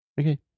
Okay